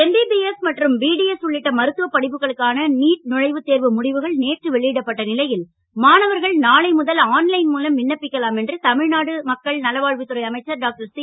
MBBS மற்றும் BDS உள்ளிட்ட மருத்துவப் படிப்புகளுக்கான நீட் நுழைவுத் தேர்வு முடிவுகள் நேற்று வெளியிடப்பட்ட நிலையில் மாணவர்கள் நாளை முதல் மூலம் விண்ணப்பிக்கலாம் என்று தமிழ்நாடு மக்கள் நல்வாழ்வுத் துறை அமைச்சர் டாக்டர் சி